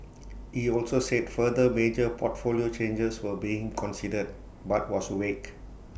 he also said further major portfolio changes were being considered but was vague